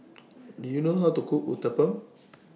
Do YOU know How to Cook Uthapam